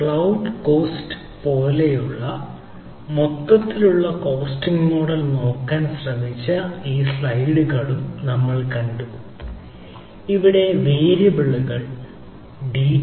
cloud cost പോലെയുള്ള മൊത്തത്തിലുള്ള costing model BT